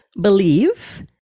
believe